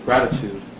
Gratitude